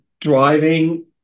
driving